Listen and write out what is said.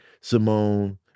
Simone